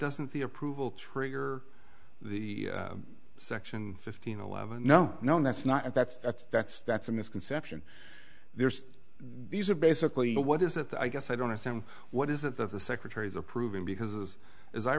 doesn't the approval trigger the section fifteen eleven no no that's not that's that's that's that's a misconception there's these are basically what is it i guess i don't assume what is it that the secretary's approving because as i